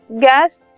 gas